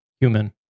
human